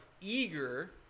eager